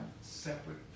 separate